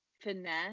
finesse